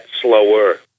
slower